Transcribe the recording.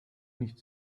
nicht